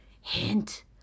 Hint